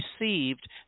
received